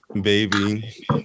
baby